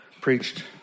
preached